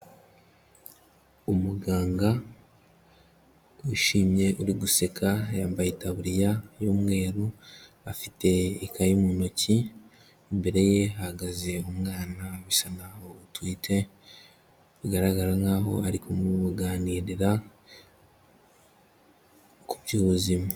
Umuganga wishimye uri guseka, yambaye itaburiya y'umweru, afite ikaye mu ntoki, imbere ye hahagaze umwana bisa naho atwite, bigaragara nkaho ari kumuganirira ku by'ubuzima.